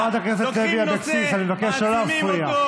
חברת הכנסת לוי אבקסיס, אני מבקש לא להפריע.